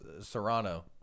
Serrano